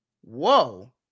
Whoa